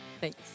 thanks